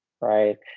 right